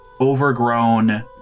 overgrown